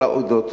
כל העדות,